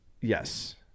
Yes